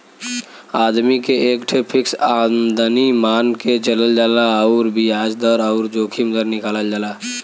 आदमी के एक ठे फ़िक्स आमदमी मान के चलल जाला अउर बियाज दर अउर जोखिम दर निकालल जाला